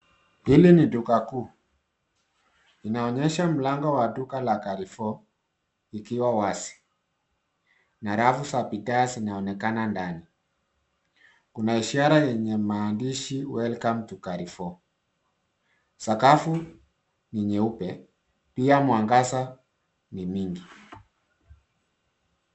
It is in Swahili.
Hili ni duka kuu. linaonyesha mlango wa duka la Carrefour ikiwa wazi na rafu za bidhaa zinaonekana ndani. Kuna ishara yenye maandishi 'welcome to carrefour'. Sakafu ni nyeupe, pia mwangaza ni mingi.